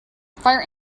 fire